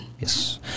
yes